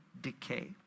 decay